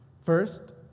First